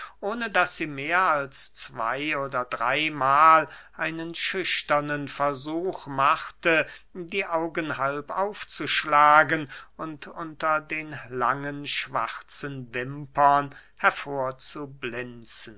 ohne daß sie mehr als zwey oder dreymahl einen schüchternen versuch machte die augen halb aufzuschlagen und unter den langen schwarzen wimpern